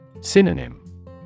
Synonym